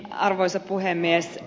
arvoisa puhemies